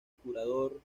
curador